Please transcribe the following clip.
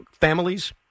families